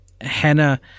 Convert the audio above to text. Hannah